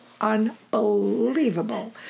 unbelievable